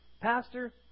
Pastor